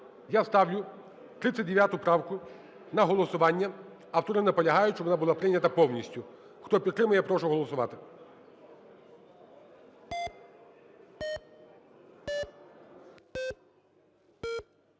я ставлю 39 правку на голосування. Автори наполягають, щоб вона була прийнята повністю. Хто підтримує, прошу голосувати.